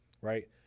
right